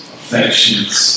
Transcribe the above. affections